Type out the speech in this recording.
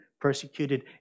persecuted